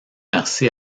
merci